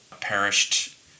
perished